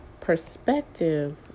perspective